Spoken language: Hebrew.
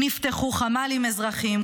נפתחו חמ"לים אזרחיים,